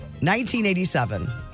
1987